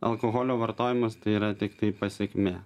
alkoholio vartojimas tai yra tiktai pasekmė